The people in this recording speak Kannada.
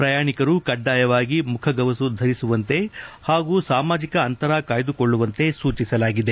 ಪ್ರಯಾಣಿಕರು ಕಡ್ಡಾಯವಾಗಿ ಮುಖಗವಸು ಧರಿಸುವಂತೆ ಹಾಗೂ ಸಾಮಾಜಿಕ ಅಂತರ ಕಾಯ್ದುಕೊಳ್ಳುವಂತೆ ಸೂಚಿಸಲಾಗಿದೆ